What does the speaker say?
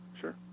sure